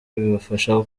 bibafasha